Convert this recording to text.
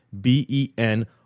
B-E-N